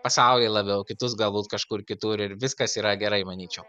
pasaulį labiau kitus galbūt kažkur kitur ir viskas yra gerai manyčiau